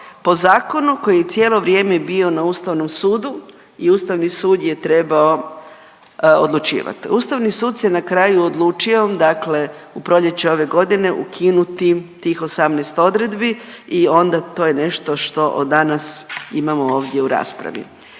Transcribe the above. po zakonu koji je cijelo vrijeme bio na Ustavnom sudu i Ustavni sud je trebao odlučivat. Ustavni sud se na kraju odlučio dakle u proljeće ove godine ukinuti tih 18 odredbi i onda to je nešto što od danas imamo ovdje u raspravi.